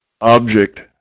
object